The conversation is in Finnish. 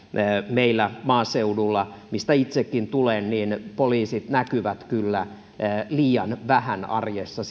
meillä maaseudulla mistä itsekin tulen poliisit näkyvät kyllä liian vähän arjessa